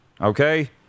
okay